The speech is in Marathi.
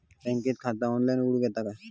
बँकेत खाता ऑनलाइन उघडूक येता काय?